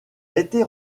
été